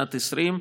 שנת 2020,